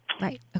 Right